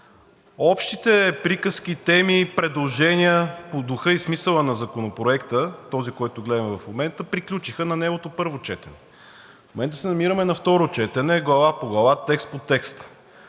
Общите приказки, теми и предложения по духа и смисъла на Законопроекта – този, който гледаме в момента, приключиха на неговото първо четене. В момента се намираме на второ четене, глава по глава, текст по текст.